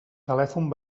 telèfon